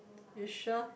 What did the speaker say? you sure